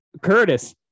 Curtis